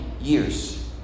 years